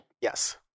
Yes